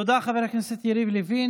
תודה, חבר הכנסת יריב לוין.